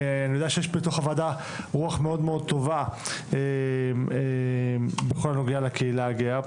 אני יודע שיש פה בתוך הוועדה רוח מאוד מאוד טובה בכל הנוגע לקהילה הגאה.